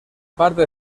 parte